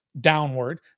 downward